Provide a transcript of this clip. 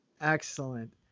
Excellent